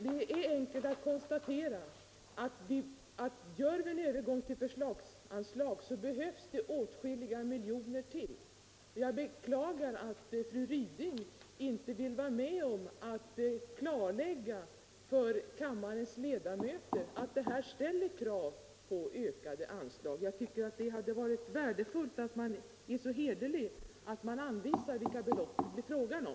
Det är enkelt att konstatera att gör vi en övergång till förslagsanslag behövs det åtskilliga miljoner till. Jag beklagar att fru Ryding inte vill vara med om att klarlägga för kammarens ledamöter att det här ställer krav på ökade anslag. Jag tycker det är värdefullt om man är så hederlig att man redovisar vilka belopp det är fråga om.